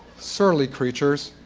surly creatures.